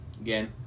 again